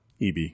EB